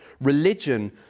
Religion